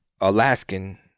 Alaskan